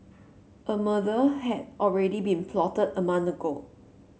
a murder had already been plotted a month ago